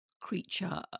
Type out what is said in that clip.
creature